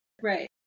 Right